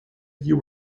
you